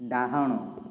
ଡ଼ାହାଣ